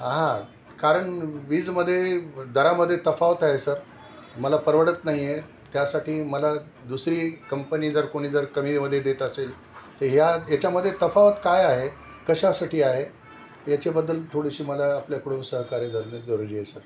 हां कारण वीजमध्ये दरामध्ये तफावत आहे सर मला परवडत नाही आहे त्यासाठी मला दुसरी कंपनी जर कोणी जर कमीमध्ये देत असेल तर ह्या याच्यामध्ये तफावत काय आहे कशासाठी आहे याच्याबद्दल थोडीशी मला आपल्याकडून सहकार्य करणं गरजेचं आहे सर